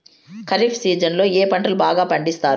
ఖరీఫ్ సీజన్లలో ఏ పంటలు బాగా పండిస్తారు